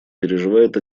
переживает